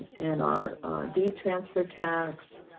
and our deed transfer tax,